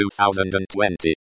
2020